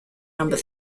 number